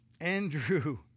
Andrew